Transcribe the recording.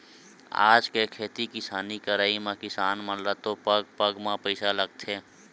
आज के खेती किसानी करई म तो किसान मन ल पग पग म पइसा लगथे